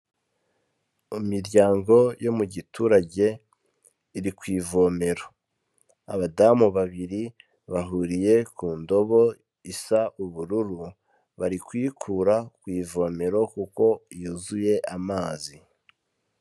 Imiryango yo mu giturage iri ku ivomero. Abadamu babiri bahuriye ku ndobo isa ubururu, bari kuyikura ku ivomero kuko yuzuye amazi.